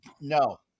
no